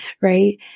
Right